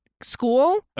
school